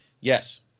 Yes